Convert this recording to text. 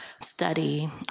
study